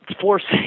forcing